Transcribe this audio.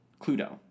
Cluedo